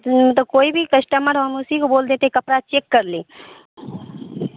تو کوئی بھی کسٹمر ہم اسی کو بول دیتے کپڑا چیک کر لیں